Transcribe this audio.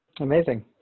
amazing